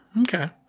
okay